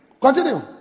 Continue